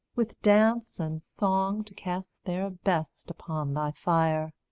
with dance and song to cast their best upon thy fire.